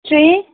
three